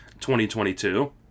2022